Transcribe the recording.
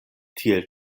tiel